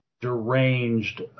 deranged